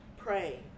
pray